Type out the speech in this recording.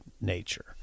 nature